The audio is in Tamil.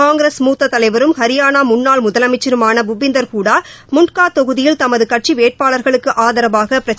காங்கிரஸ் மூத்த தலைவரும் ஹரியாளா முன்னாள் முதலமைச்சருமான பூபிந்தர் ஹுடா முன்ட்கா தொகுதியில் தமது கட்சி வேட்பாளர்களுக்கு ஆதரவாக பிரச்சாரம் மேற்கொண்டார்